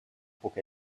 puc